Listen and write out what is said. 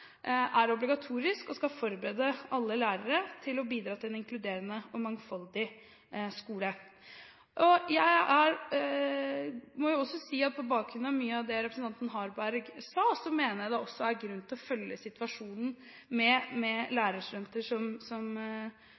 forberede alle lærere på å bidra til en inkluderende og mangfoldig skole. På bakgrunn av mye av det representanten Harberg sa, mener jeg at det også er grunn til å følge situasjonen med lærerstudenter, som velger å ta RLE-faget som